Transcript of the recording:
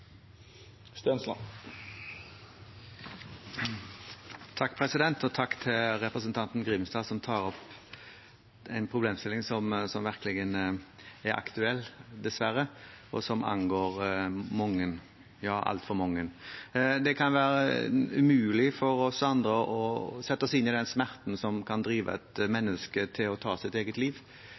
Takk til representanten Grimstad, som tar opp en problemstilling som virkelig er aktuell, dessverre, og som angår altfor mange. Det kan være umulig for oss andre å sette oss inn i den smerten som kan drive et menneske til å ta sitt eget liv.